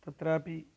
तत्रापि